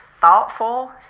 thoughtful